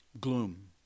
Gloom